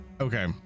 okay